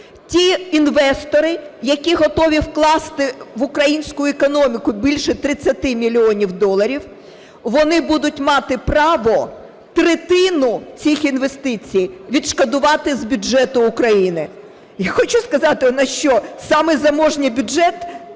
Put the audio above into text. Ті інвестори, які готові вкласти в українську економіку більше 30 мільйонів доларів, вони будуть мати право третину цих інвестицій відшкодувати з бюджету України. Я хочу сказати у нас що самий заможний бюджет в